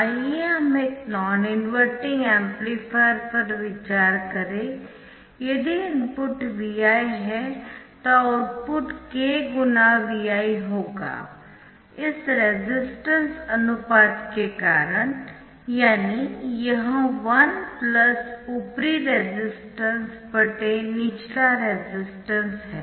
आइए हम एक नॉन इनवर्टिंग एम्पलीफायर पर विचार करें यदि इनपुट Vi है तो आउटपुट K Vi होगा इस रेसिस्टेंस अनुपात के कारण यानी यह 1ऊपरी रेसिस्टेंस निचला रेसिस्टेंस है